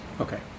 Okay